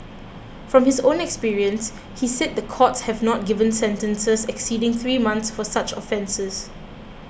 from his own experience he said the courts have not given sentences exceeding three months for such offences